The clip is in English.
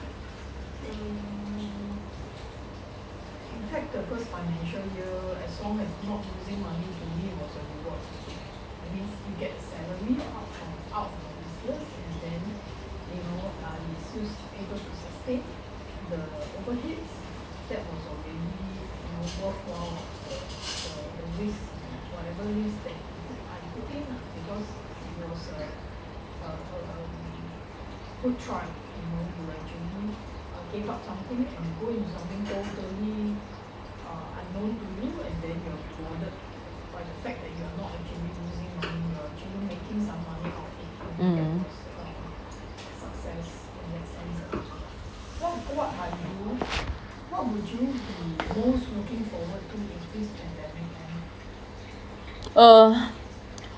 mm uh